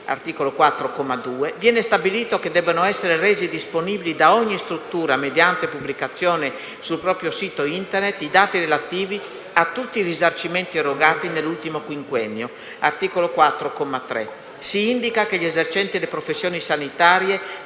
comma 2); viene stabilito che debbano essere resi disponibili da ogni struttura mediante pubblicazione sul proprio sito Internet i dati relativi a tutti i risarcimenti erogati nell'ultimo quinquennio (articolo 4, comma 3). Si indica inoltre che gli esercenti le professioni sanitarie